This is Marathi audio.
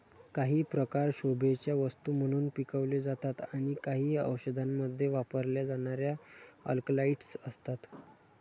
काही प्रकार शोभेच्या वस्तू म्हणून पिकवले जातात आणि काही औषधांमध्ये वापरल्या जाणाऱ्या अल्कलॉइड्स असतात